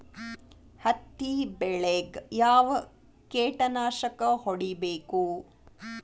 ಹತ್ತಿ ಬೆಳೇಗ್ ಯಾವ್ ಕೇಟನಾಶಕ ಹೋಡಿಬೇಕು?